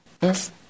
Yes